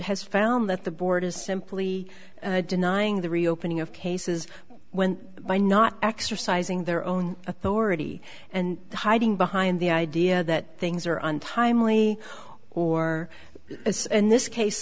has found that the board is simply denying the reopening of cases when by not exercising their own authority and hiding behind the idea that things are untimely or as in this case